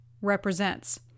represents